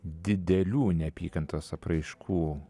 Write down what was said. didelių neapykantos apraiškų